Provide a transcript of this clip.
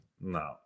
No